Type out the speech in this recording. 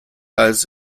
als